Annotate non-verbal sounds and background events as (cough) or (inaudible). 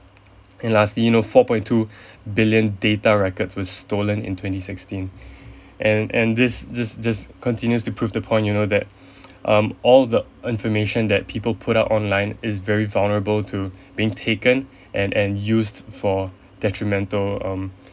(noise) and lastly you know four point two (breath) billion data records was stolen in twenty sixteen (breath) and and this this this continues to prove the point you know that (breath) (noise) um all the information that people put up online is very vulnerable to (breath) being taken and and used for detrimental um